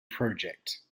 project